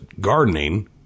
gardening